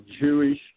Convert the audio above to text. Jewish